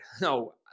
No